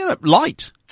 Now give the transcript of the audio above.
light